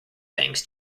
thanks